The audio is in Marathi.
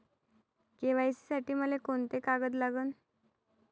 के.वाय.सी साठी मले कोंते कागद लागन?